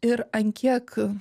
ir ant kiek